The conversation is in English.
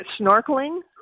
snorkeling